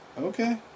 Okay